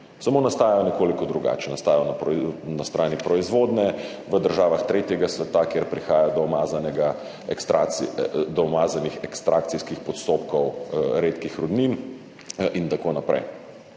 samo nastajajo nekoliko drugače – nastajajo na strani proizvodnje v državah tretjega sveta, kjer prihaja do umazanih ekstrakcijskih postopkov redkih rudnin in tako naprej.